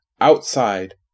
outside